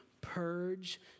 Purge